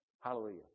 Hallelujah